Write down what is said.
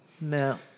No